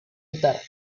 hurtar